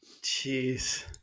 Jeez